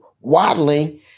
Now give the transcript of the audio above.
waddling